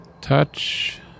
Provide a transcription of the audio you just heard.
touch